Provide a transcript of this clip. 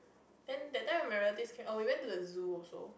then that time I remember this oh we went to the zoo also